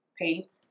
paint